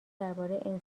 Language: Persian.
درباره